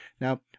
Now